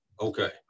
Okay